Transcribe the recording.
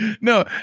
No